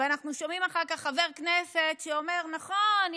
ואנחנו שומעים אחר כך חבר כנסת שאומר: נכון,